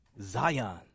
Zion